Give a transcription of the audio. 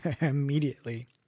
immediately